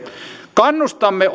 kannustamme